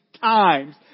times